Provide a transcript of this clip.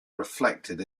reflected